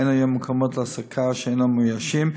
אין היום מקומות להעסקה שאינם מאוישים.